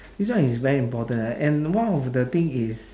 this one is very important a~ and one of the thing is